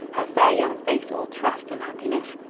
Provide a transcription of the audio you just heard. her fair young face all trust and happiness,